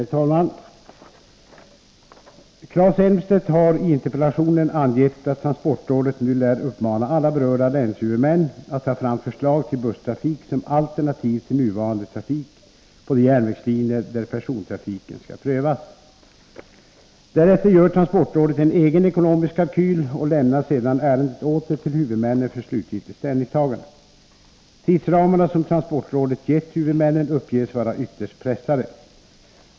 Herr talman! Claes Elmstedt har i interpellationen angett att transportrådet nu lär uppmana alla berörda länshuvudmän att ta fram förslag till busstrafik som alternativ till nuvarande trafik på de järnvägslinjer där persontrafiken skall prövas, varefter transportrådet skall göra en egen ekonomisk kalkyl och lämna ärendet åter till huvudmännen för slutgiltigt ställningstagande. Tidsramarna som transportrådet gett huvudmännen uppges vara ytterst pressade.